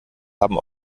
haben